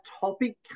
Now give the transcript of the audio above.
topic